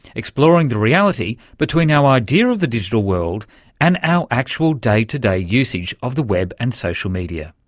exploring the reality between our idea of the digital world and our actual day to day usage of the web and social media.